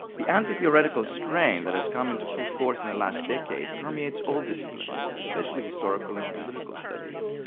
the anti-theoretical strain that has come into full force in the last decade permeates all disciplines, especially historical and political studies,